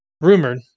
Rumored